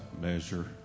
measure